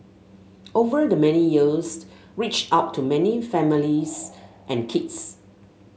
over the many years reached out to many families and kids